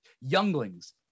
younglings